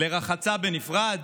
לרחצה בנפרד,